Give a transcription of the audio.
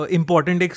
important